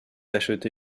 acheté